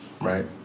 Right